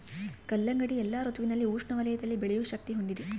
ಕಲ್ಲಂಗಡಿ ಎಲ್ಲಾ ಋತುವಿನಲ್ಲಿ ಉಷ್ಣ ವಲಯದಲ್ಲಿ ಬೆಳೆಯೋ ಶಕ್ತಿ ಹೊಂದಿದೆ